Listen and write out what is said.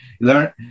learn